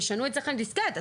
תשנו דיסקט אצלכם.